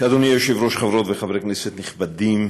אדוני היושב-ראש, חברות וחברי כנסת נכבדים,